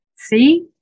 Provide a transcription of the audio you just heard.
See